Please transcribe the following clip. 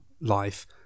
life